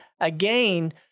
again